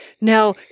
now